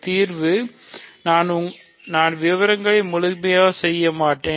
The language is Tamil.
தீர்வு நான் விவரங்களை முழுமையாக செய்ய மாட்டேன்